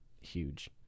huge